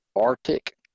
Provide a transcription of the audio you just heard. arctic